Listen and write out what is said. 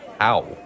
Ow